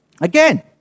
Again